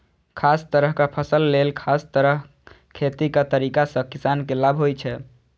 खास तरहक फसल लेल खास तरह खेतीक तरीका सं किसान के लाभ होइ छै